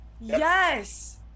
Yes